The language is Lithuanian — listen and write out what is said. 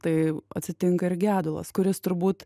tai atsitinka ir gedulas kuris turbūt